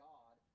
God